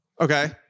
Okay